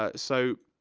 ah so,